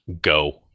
go